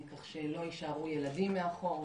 כך שלא יישארו ילדים מאחור,